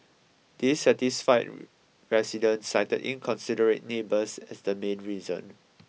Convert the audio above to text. dissatisfied residents cited inconsiderate neighbours as the main reason